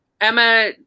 Emma